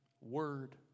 word